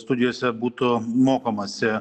studijose būtų mokomasi